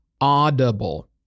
audible